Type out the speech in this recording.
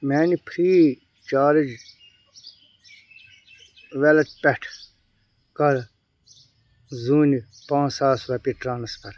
میانہِ Freecharge wallet پٮ۪ٹھٕ کَر زوٗنہِ پانٛژھ ساس رۄپیہِ ٹرانسفر